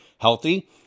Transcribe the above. healthy